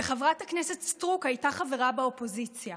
וחברת הכנסת סטרוק הייתה חברה באופוזיציה.